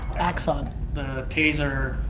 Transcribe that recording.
axon? the taser,